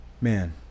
man